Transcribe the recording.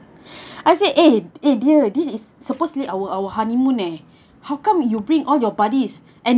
I say eh eh dear this is supposedly our our honeymoon leh how come you bring all your buddies and